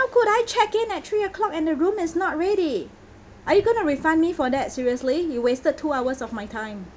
could I check in at three o'clock and the room is not ready are you gonna refund me for that seriously you wasted two hours of my time